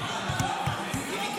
לריב?